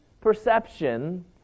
perception